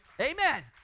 Amen